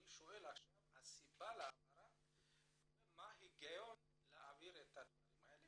אני שואל עכשיו מהי הסיבה להעברה ומה ההיגיון להעביר את הדברים האלה,